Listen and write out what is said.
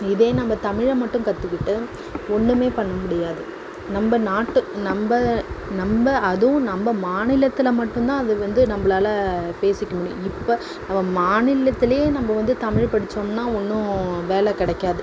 இதே நம்ம தமிழை மட்டும் கற்றுக்கிட்டு ஒன்றுமே பண்ண முடியாது நம்ம நாட்டு நம்ம நம்ம அதுவும் நம்ம மாநிலத்தில் மட்டும்தான் அது வந்து நம்மளால பேசிக்க முடியும் இப்போ நம்ம மாநிலத்திலையே நம்ம வந்து தமிழ் படித்தோம்னா ஒன்றும் வேலை கிடைக்காது